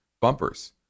bumpers